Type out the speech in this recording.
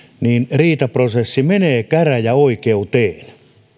riitaprosessi menee käräjäoikeuteen